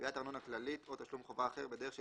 גביית ארנונה כללית או תשלום חובה אחר בדרך של